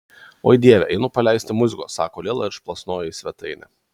oi dieve einu paleisti muzikos sako lila ir išplasnoja į svetainę